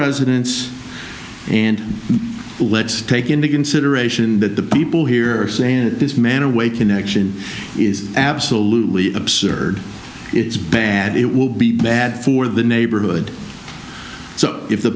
residents and let's take into consideration that the people here are saying that this man away connection is absolutely absurd it's bad it will be bad for the neighborhood so if the